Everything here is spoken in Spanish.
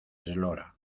eslora